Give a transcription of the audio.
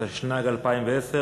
התשנ"ג 1993,